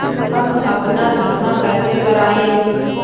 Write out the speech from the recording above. हम अपना बीमा कैसे कराए?